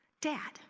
dad